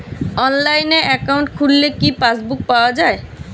অনলাইনে একাউন্ট খুললে কি পাসবুক পাওয়া যায়?